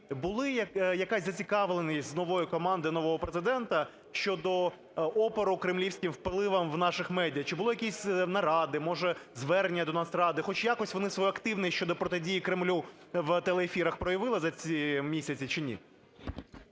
була якась зацікавленість нової команди нового Президента щодо опору кремлівським впливам в наших медіа, чи були якісь наради, може, звернення до Нацради, хоч вони свою активність щодо протидії Кремлю в телеефірах проявили за ці місяці, чи ні?